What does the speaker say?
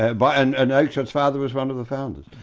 and but and and oakeshott's father was one of the founders,